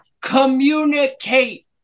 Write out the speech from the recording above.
Communicate